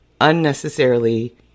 unnecessarily